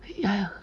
ya ya